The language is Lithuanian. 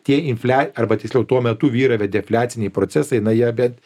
tie inflia arba tiksliau tuo metu vyravę defliaciniai procesai na jie bent